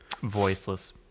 voiceless